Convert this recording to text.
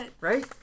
Right